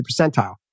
percentile